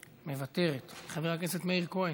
מוותרת, חבר הכנסת מאיר כהן,